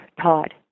Todd